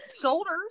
Shoulders